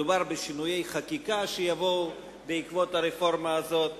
מדובר בשינויי חקיקה שיבואו בעקבות הרפורמה הזאת.